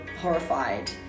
horrified